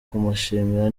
kumushimira